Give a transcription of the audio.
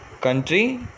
Country